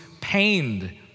pained